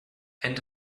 and